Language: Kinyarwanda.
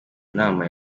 nama